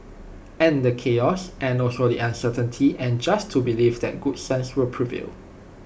and the chaos and also the uncertainty and just to believe that good sense will prevail